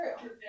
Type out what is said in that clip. true